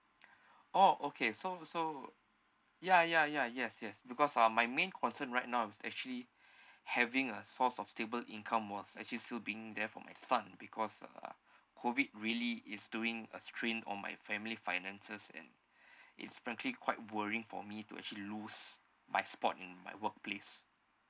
oh okay so so ya ya ya yes yes because um my main concern right now is actually having a source of stable income while actually still being there for my son because uh COVID really is doing a strain on my family finances and it's frankly quite worrying for me to actually lose my spot in my workplace